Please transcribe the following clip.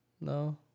No